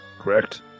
Correct